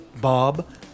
Bob